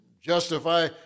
justify